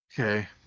Okay